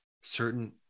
certain